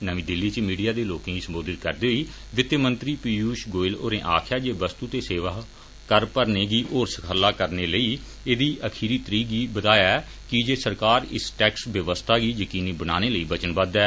नमीं दिल्ली इच मीडिया दे लोकें गी सम्बोधित करदे होई वित्त मंत्री पीयूष गोयल होरें आक्खेया जे वस्तु ते सेवा कर भरने गी होर सखला करने लेईएहदी अखीरी तरीक गी बदाया ऐ की जे सरकार इस टैक्स व्यवस्था गी यकीनी बनाने लेई वचनबद्व ऐ